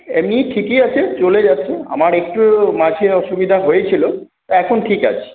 এমনি ঠিকই আছে চলে যাচ্ছে আমার একটু মাঝে অসুবিধা হয়েছিল তো এখন ঠিক আছি